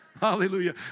Hallelujah